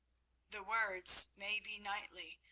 the words may be knightly,